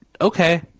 okay